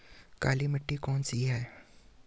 काली मिट्टी कौन सी है?